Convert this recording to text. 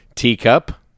teacup